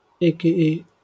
aka